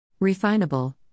Refinable